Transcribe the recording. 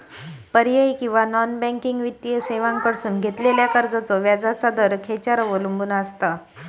पर्यायी किंवा non banking वित्तीय सेवांकडसून घेतलेल्या कर्जाचो व्याजाचा दर खेच्यार अवलंबून आसता?